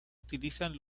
utilizan